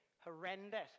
horrendous